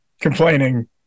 complaining